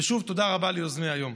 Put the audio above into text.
ושוב, תודה רבה ליוזמי היום.